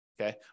Okay